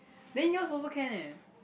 then yours also can eh